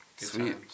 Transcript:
Sweet